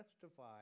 testify